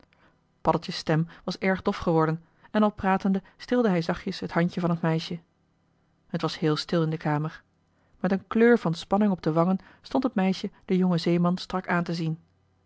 paddeltje's stem was erg dof geworden en al pratende streelde hij zachtjes het handje van het meisje het was heel stil in de kamer met een kleur van spanning op de wangen stond het meisje den jongen zeeman strak aan te zien